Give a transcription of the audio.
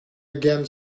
again